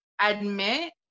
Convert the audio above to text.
admit